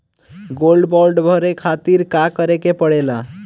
Gold bond भरे खातिर का करेके पड़ेला?